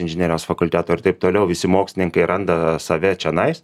inžinerijos fakulteto ir taip toliau visi mokslininkai randa save čenais